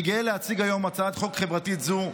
אני גאה להציג היום הצעת חוק חברתית זו,